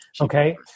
Okay